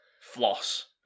floss